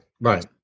Right